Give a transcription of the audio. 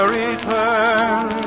return